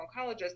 oncologist